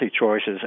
choices